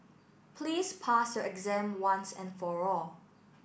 please pass your exam once and for all